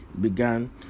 began